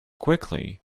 quickly